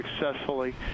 successfully